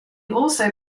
also